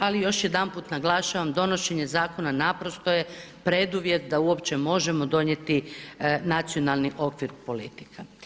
Ali još jedanput naglašavam donošenje zakona naprosto je preduvjet da uopće možemo donijeti nacionalni okvir politika.